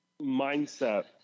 mindset